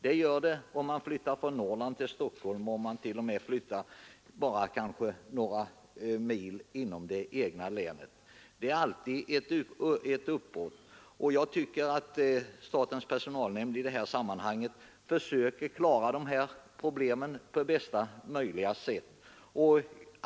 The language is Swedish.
Det gör det om man flyttar från Norrland till Stockholm och t.o.m. om man kanske bara flyttar några mil inom det egna länet — det är alltid fråga om ett uppbrott. Jag tycker emellertid att statens personalnämnd försöker klara dessa problem på bästa möjliga sätt.